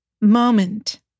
moment